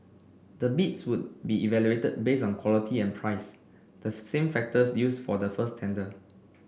the bids would be evaluated based on quality and price the same factors used for the first tender